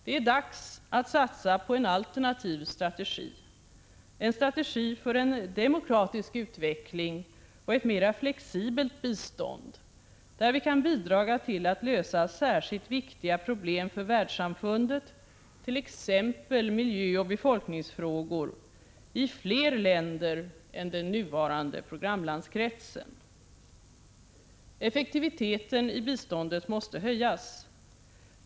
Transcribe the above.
Det är dags att satsa på en alternativ strategi, en strategi för en demokratisk utveckling och ett mera flexibelt bistånd, där vi kan bidraga till att lösa särskilt viktiga problem för världssamfundet, t.ex. miljöoch befolkningsfrågor i fler länder än den nuvarande programlandskretsen. Effektiviteten i biståndet måste höjas.